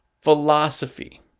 philosophy